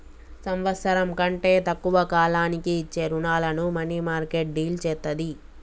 సంవత్సరం కంటే తక్కువ కాలానికి ఇచ్చే రుణాలను మనీమార్కెట్ డీల్ చేత్తది